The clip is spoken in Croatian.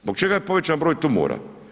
Zbog čega je povećan broj tumora?